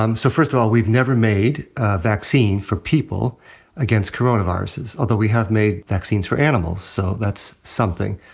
um so, first of all, we've never made a vaccine for people against coronaviruses. although we have made vaccines for animals, so that's something.